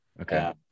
Okay